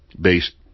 based